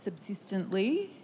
subsistently